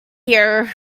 here